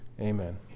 Amen